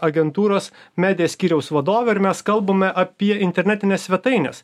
agentūros media skyriaus vadovė ir mes kalbame apie internetines svetaines